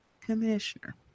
commissioner